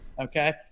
okay